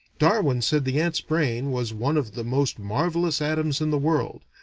darwin said the ant's brain was one of the most marvelous atoms in the world,